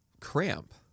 cramp